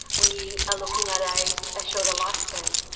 we are looking at a ah shorter lifespan.